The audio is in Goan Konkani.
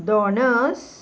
धोणस